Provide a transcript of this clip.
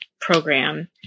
program